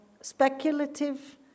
speculative